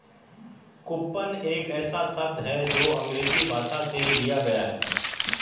coupon एक ऐसा शब्द है जो अंग्रेजी भाषा से लिया गया है